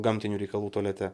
gamtinių reikalų tualete